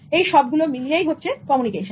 এই সবগুলো মিলেই কমিউনিকেশন